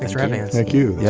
ravening and thank you. yeah